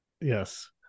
yes